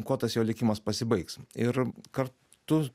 kuo tas jo likimas pasibaigs ir kartu